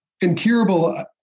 incurable